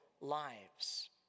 lives